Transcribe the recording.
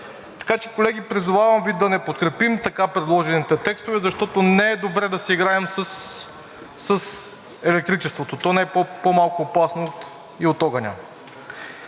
Колеги, призовавам Ви да не подкрепим така предложените текстове, защото не е добре да си играем с електричеството. То не е по-малко опасно и от огъня.